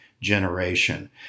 generation